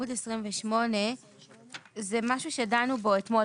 עמוד 28. זה משהו שדנו בו אתמול,